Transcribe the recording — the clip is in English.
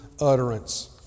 utterance